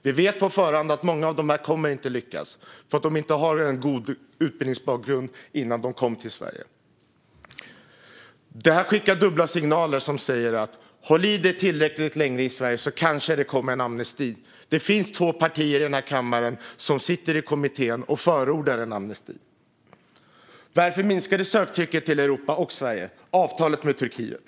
Vi vet på förhand att många av dem inte kommer att lyckas, eftersom de inte hade någon god utbildningsbakgrund innan de kom till Sverige. Det skickar dubbla signaler när man säger: Håll dig tillräckligt länge i Sverige så får du kanske amnesti. Två av kammarens partier, som också sitter i kommittén, förordar en amnesti. Anledningen till det minskade söktrycket till Europa och Sverige är avtalet med Turkiet.